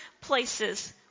places